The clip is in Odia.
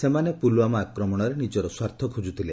ସେମାନେ ପୁଲୱାମା ଆକ୍ରମଣରେ ନିଜର ସ୍ୱାର୍ଥ ଖୋକୁଥିଲେ